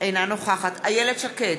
אינה נוכחת איילת שקד,